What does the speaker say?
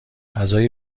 غذای